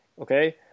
okay